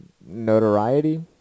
notoriety